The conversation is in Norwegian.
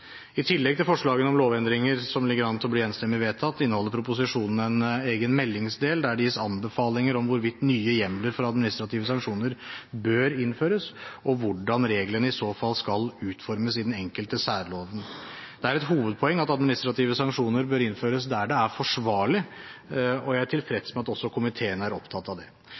I tillegg til forslagene om lovendringer, som ligger an til å bli enstemmig vedtatt, inneholder proposisjonen en egen meldingsdel, der det gis anbefalinger om hvorvidt nye hjemler for administrative sanksjoner bør innføres, og hvordan reglene i så fall skal utformes i den enkelte særlov. Det er et hovedpoeng at administrative sanksjoner bør innføres der det er forsvarlig, og jeg er tilfreds med at også komiteen er opptatt av det.